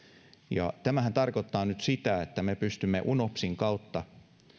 ja tämähän tarkoittaa nyt sitä että me pystymme unopsin kautta